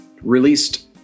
released